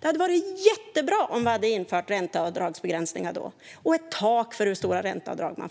Det hade varit jättebra om vi hade infört begränsningar av ränteavdragen då och ett tak för hur stora ränteavdrag man